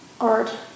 art